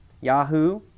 Yahoo